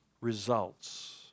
results